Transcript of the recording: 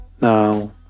Now